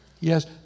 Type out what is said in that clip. Yes